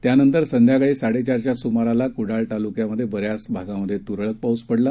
त्यानंतर संध्याकाळीसाडेचारच्यासुमारालाकुडाळतालुक्यातबऱ्याचभागाततुरळकपाऊसपडला